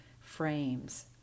frames